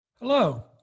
Hello